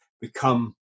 become